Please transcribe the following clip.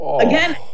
again